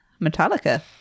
Metallica